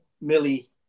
Millie